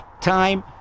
time